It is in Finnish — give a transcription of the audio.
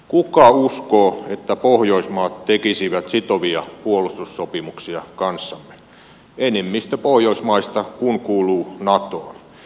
kuka uskoo että pohjoismaat tekisivät sitovia puolustussopimuksia kanssamme enemmistö pohjoismaista kun kuuluu natoon